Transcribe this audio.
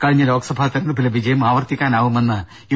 കഴിഞ്ഞ ലോക്സഭാ തിരഞ്ഞെടുപ്പിലെ വിജയം ആവർത്തിക്കാനാവുമെന്ന് യു